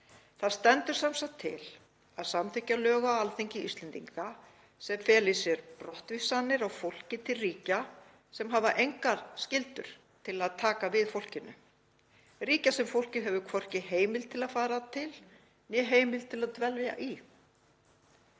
Það stendur sem sagt til að samþykkja lög á Alþingi Íslendinga sem fela í sér brottvísanir á fólki til ríkja sem hafa engar skyldur til að taka við fólkinu, ríkja sem fólk hefur hvorki heimild til að fara til né heimild til að dvelja í.